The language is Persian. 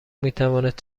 میتوانست